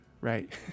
right